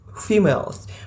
females